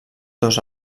dos